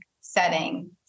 setting